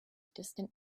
distant